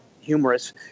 humorous